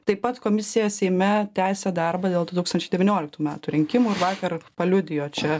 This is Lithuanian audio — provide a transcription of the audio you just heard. taip pat komisija seime tęsia darbą dėl du tūkstančiai devynioliktų metų rinkimųir vakar paliudijo čia